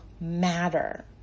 matter